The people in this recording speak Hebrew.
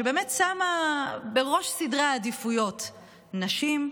שבאמת שמה בראש סדר העדיפויות נשים,